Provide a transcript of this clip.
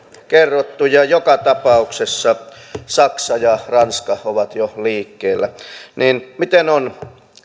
kerrottu ja joka tapauksessa saksa ja ranska ovat jo liikkeellä miten on